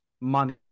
money